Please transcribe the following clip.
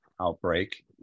outbreak